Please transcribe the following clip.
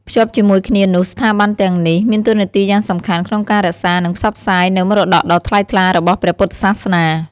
ភ្ជាប់ជាមួយគ្នានោះ ស្ថាប័នទាំងនេះមានតួនាទីយ៉ាងសំខាន់ក្នុងការរក្សា និងផ្សព្វផ្សាយនូវមរតកដ៏ថ្លៃថ្លារបស់ព្រះពុទ្ធសាសនា។